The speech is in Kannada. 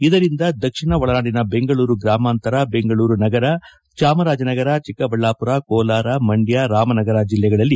ಇದರಿಂದ ದಕ್ಷಿಣ ಒಳನಾಡಿನ ಬೆಂಗಳೂರು ಗ್ರಾಮಾಂತರ ಬೆಂಗಳೂರು ನಗರ ಚಾಮರಾಜನಗರ ಚಿಕ್ಕಬಳ್ಳಾಪುರ ಕೋಲಾರ ಮಂಡ್ವ ರಾಮನಗರ ಜಿಲ್ಲೆಗಳಲ್ಲಿ